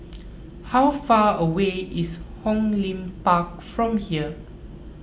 how far away is Hong Lim Park from here